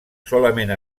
solament